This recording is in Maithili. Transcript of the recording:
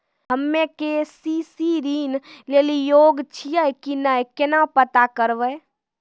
हम्मे के.सी.सी ऋण लेली योग्य छियै की नैय केना पता करबै?